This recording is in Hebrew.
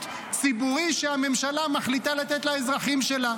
ציבורי שהממשלה מחליטה לתת לאזרחים שלה.